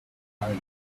around